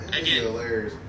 again